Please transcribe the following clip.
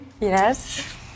Yes